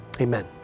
Amen